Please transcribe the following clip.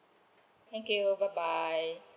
thank you bye bye